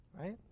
right